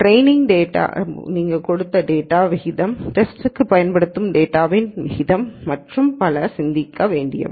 டிரேயினிக்கு நீங்கள் பயன்படுத்தும் டேட்டாவின் விகிதம் டேஸ்டுக்கு பயன்படுத்தப்படும் டேட்டாவின் விகிதம் மற்றும் பல சிந்திக்க வேண்டியவை